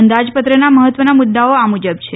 અંદાજપત્રના મહત્વના મુદ્દાઓ આ મુજબ છે